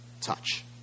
touch